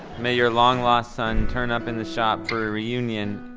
may your long lost son turn up in the shop for a reunion,